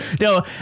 no